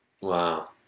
Wow